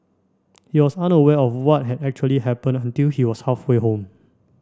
he was unaware of what had actually happened until he was halfway home